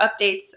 updates